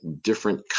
different